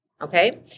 okay